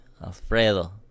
Alfredo